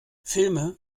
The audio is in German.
filme